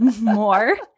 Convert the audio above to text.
more